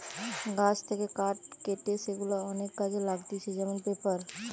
গাছ থেকে কাঠ কেটে সেগুলা অনেক কাজে লাগতিছে যেমন পেপার